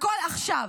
הכול עכשיו,